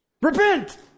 Repent